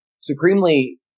supremely